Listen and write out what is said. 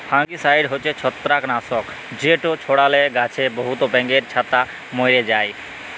fungicide হছে ছত্রাক লাসক যেট ছড়ালে গাহাছে বহুত ব্যাঙের ছাতা ম্যরে যায়